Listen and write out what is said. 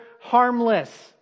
harmless